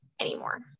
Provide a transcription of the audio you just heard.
anymore